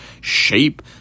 shape